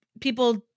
people